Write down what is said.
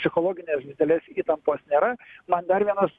psichologinės didelės įtampos nėra na dar vienas